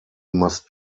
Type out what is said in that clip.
must